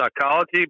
psychology